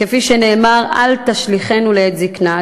כפי שנאמר, אל תשליכנו לעת זיקנה.